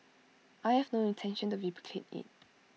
I have no intention to replicate IT